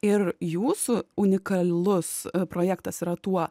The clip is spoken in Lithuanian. ir jūsų unikalus projektas yra tuo